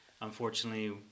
unfortunately